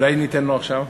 אולי ניתן לו עכשיו?